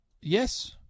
Yes